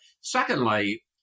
Secondly